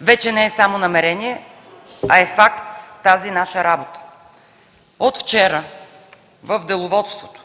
Вече не е само намерение, а е факт тази наша работа. От вчера в деловодството